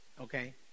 okay